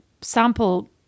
sample